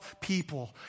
people